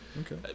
Okay